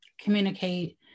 communicate